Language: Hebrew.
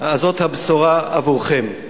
זו הבשורה עבורכם.